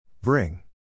Bring